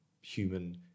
human